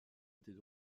était